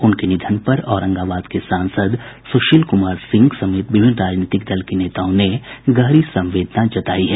उनके निधन पर औरंगाबाद के सांसद सुशील कुमार सिंह समेत विभिन्न राजनीतिक दल के नेताओं में गहरी संवेदना जतायी है